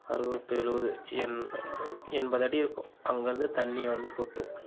அறுபது டு எழுபது எண் எண்பது அடி இருக்கும் அங்கேருந்து தண்ணி வந்து கொட்டும்